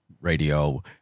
radio